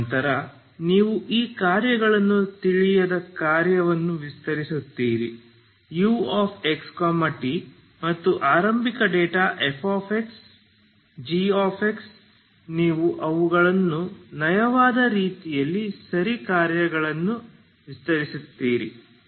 ನಂತರ ನೀವು ಈ ಕಾರ್ಯಗಳನ್ನು ತಿಳಿಯದ ಕಾರ್ಯವನ್ನು ವಿಸ್ತರಿಸುತ್ತೀರಿ uxt ಮತ್ತು ಆರಂಭಿಕ ಡೇಟಾ f gx ನೀವು ಅವುಗಳನ್ನು ನಯವಾದ ರೀತಿಯಲ್ಲಿ ಸರಿ ಕಾರ್ಯಗಳನ್ನು ವಿಸ್ತರಿಸುತ್ತೀರಿ